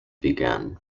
began